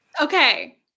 okay